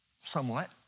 somewhat